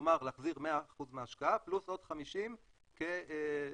כלומר להחזיר 100% מההשקעה פלוס 50% כ-